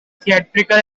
theatrical